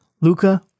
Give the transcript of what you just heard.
Luca